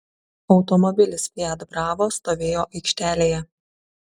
automobilis fiat bravo stovėjo aikštelėje